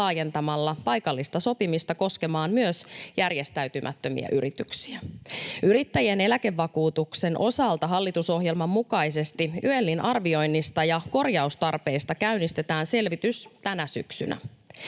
laajentamalla paikallista sopimista koskemaan myös järjestäytymättömiä yrityksiä. Yrittäjien eläkevakuutuksen osalta hallitusohjelman mukaisesti YELin arvioinnista ja korjaustarpeista käynnistetään selvitys tänä syksynä.